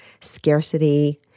scarcity